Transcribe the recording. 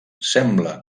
sembla